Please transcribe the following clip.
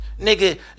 nigga